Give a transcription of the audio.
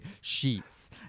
sheets